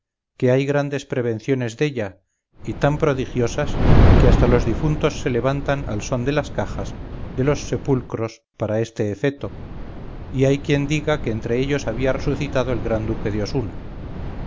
que hay grandes prevenciones della y tan prodigiosas que hasta los difuntos se levantan al son de las cajas de los sepulcros para este efeto y hay quien diga que entre ellos había resucitado el gran duque de osuna